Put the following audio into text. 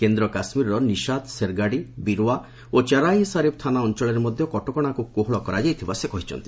କେନ୍ଦ୍ର କାଶ୍ମୀରର ନିଶାଦ ସେରଗାଡ଼ି ବୀରୁଓ୍ବା ଏବଂ ଚରାର ଇ ସରିଫ୍ ଥାନା ଅଞ୍ଚଳରେ ମଧ୍ୟ କଟକଣାକୁ କୋହଳ କରାଯାଇଥିବା ସେ କହିଛନ୍ତି